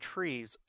Trees